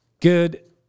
Good